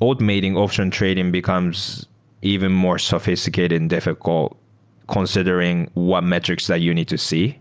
automating option trading becomes even more sophisticated and diffi cult considering what metrics that you need to see